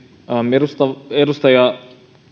edustaja edustaja